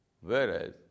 Whereas